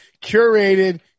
curated